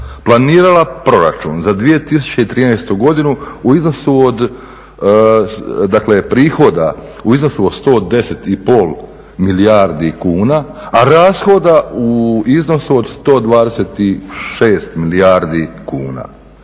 planirala proračun za 2013. godinu u iznosu od, dakle prihoda, u iznosu od 110 i pol milijardi kuna, a rashoda u iznosu od 126 milijardi kuna.